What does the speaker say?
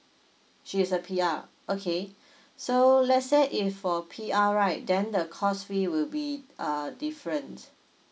she is a P_R okay so let's say if for P_R right then the course fee will be uh different